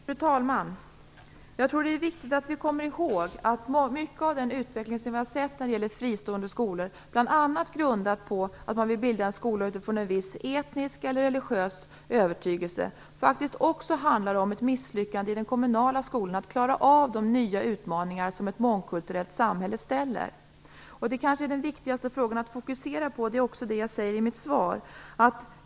Fru talman! Jag tror att det är viktigt att vi kommer ihåg att mycket av den utveckling som vi har sett när det gäller fristående skolor, bl.a. grundad på att man vill bilda en skola utifrån en viss etnisk eller religiös övertygelse, faktiskt också handlar om ett misslyckande i den kommunala skolan att klara av de nya utmaningar som ett mångkulturellt samhälle ställer. Det kanske är den viktigaste frågan att fokusera på. Det är också det jag säger i mitt svar.